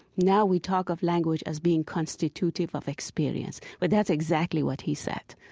now we talk of language as being constitutive of experience, but that's exactly what he said.